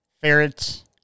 ferrets